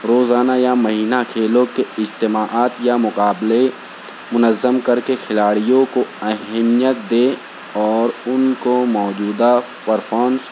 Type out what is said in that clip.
روزانہ یا مہینہ کھیلوں کے اجتماعات یا مقابلے منظم کر کے کھلاڑیوں کو اہمیت دیں اور ان کو موجودہ پرفامس